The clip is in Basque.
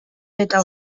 eta